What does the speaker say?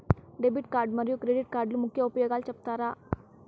Debit card మరియు credit కార్డుల ముఖ్య ఉపయోగాలు సెప్తారా?